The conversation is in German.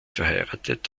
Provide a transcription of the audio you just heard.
verheiratet